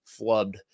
flubbed